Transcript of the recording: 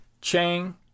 chang